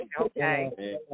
Okay